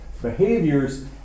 behaviors